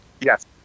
Yes